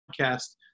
podcast